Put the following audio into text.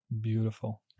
Beautiful